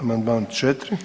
Amandman 4.